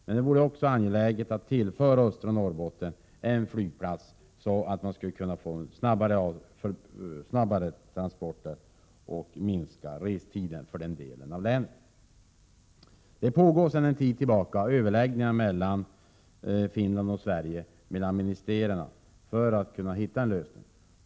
Men det vore också angeläget att tillföra östra Norrbotten en flygplats så att man skulle kunna få snabbare transporter och minska restiden för den delen av länet. Det pågår sedan en tid tillbaka överläggningar på departementsnivå mellan Finland och Sverige för att kunna hitta en lösning.